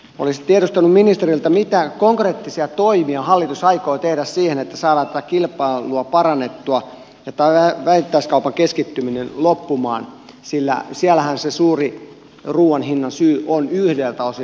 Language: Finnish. olisin tiedustellut ministeriltä mitä konkreettisia toimia hallitus aikoo tehdä siinä että saadaan tätä kilpailua parannettua ja vähittäiskaupan keskittyminen loppumaan sillä siellähän se suuri ruoan hinnan syy on yhdeltä osin